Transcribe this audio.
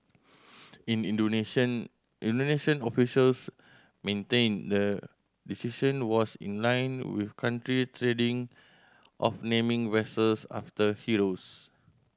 in Indonesian Indonesian officials maintained the decision was in line with country's of naming vessels after heroes